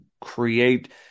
create